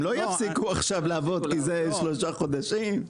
הם לא יפסיקו עכשיו לעבוד כי זה שלושה חודשים.